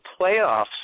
playoffs